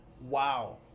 wow